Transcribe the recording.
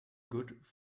good